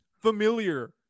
familiar